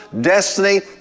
destiny